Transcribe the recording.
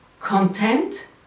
content